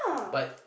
but